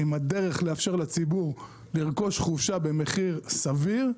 עם הדרך לאפשר לציבור לרכוש חופשה במחיר סביר.